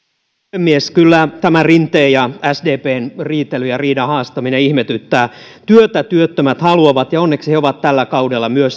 puhemies kyllä tämä rinteen ja sdpn riitely ja riidan haastaminen ihmetyttää työtä työttömät haluavat ja onneksi he ovat tällä kaudella